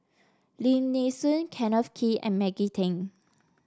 Lim Nee Soon Kenneth Kee and Maggie Teng